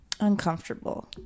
Uncomfortable